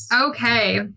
Okay